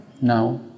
now